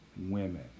Women